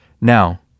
Now